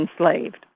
enslaved